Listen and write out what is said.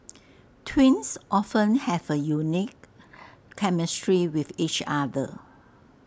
twins often have A unique chemistry with each other